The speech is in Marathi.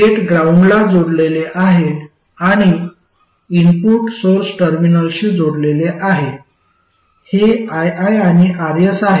गेट ग्राउंडला जोडलेले आहे आणि इनपुट सोर्स टर्मिनलशी जोडलेले आहे हे ii आणि Rs आहे